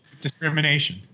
Discrimination